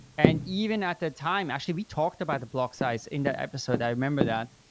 and even at the time, actually we talked about the block size in that episode, i remember that.